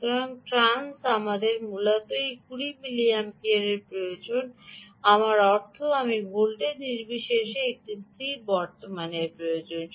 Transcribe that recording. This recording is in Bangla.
সুতরাং ট্রান্স আমাদের মূলত এই 20 মিলিমিপিয়ারের প্রয়োজন আমার অর্থ আমি ভোল্টেজ নির্বিশেষে একটি স্থির বর্তমান প্রয়োজন